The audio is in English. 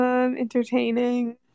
entertaining